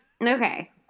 okay